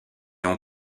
ont